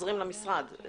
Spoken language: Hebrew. חוזרים למשרד.